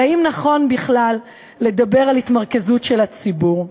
והאם נכון בכלל לדבר על התמרכזות של הציבור?